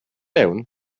mewn